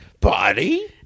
Body